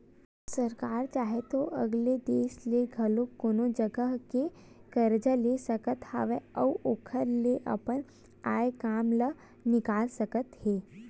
सरकार चाहे तो अलगे देस ले घलो कोनो जघा ले करजा ले सकत हवय अउ ओखर ले अपन आय काम ल निकाल सकत हे